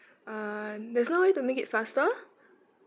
uh there's no way to make it faster